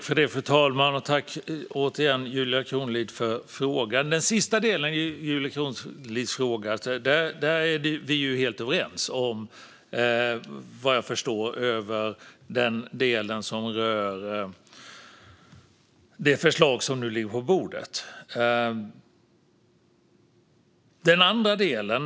Fru talman! Tack, återigen, för frågan, Julia Kronlid! När det gäller den sista delen i Julia Kronlids fråga, alltså delen som rör det förslag som nu ligger på bordet, är vi vad jag förstår helt överens.